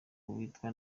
witwa